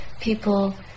people